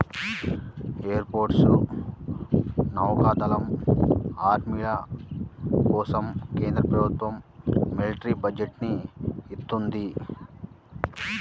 air force, నౌకా దళం, ఆర్మీల కోసం కేంద్ర ప్రభుత్వం మిలిటరీ బడ్జెట్ ని ఇత్తంది